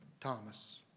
Thomas